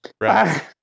Right